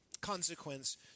consequence